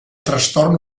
trastorn